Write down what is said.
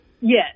Yes